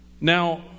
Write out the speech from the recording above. Now